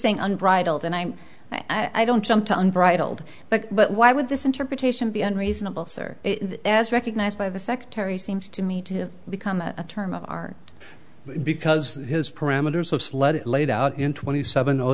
hink unbridled and i i don't jump to an bridled but but why would this interpretation be unreasonable sir as recognized by the secretary seems to me to become term of art because his parameters of sled are laid out in twenty seven